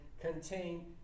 contain